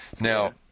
Now